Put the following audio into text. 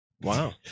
Wow